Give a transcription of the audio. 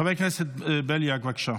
חבר כנסת בליאק, בבקשה.